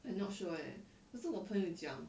I not sure eh 可是我朋友讲